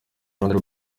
ruhande